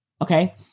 Okay